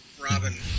Robin